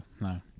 no